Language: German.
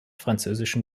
französischen